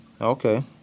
Okay